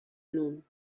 known